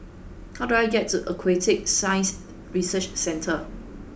how do I get to Aquatic Science Research Centre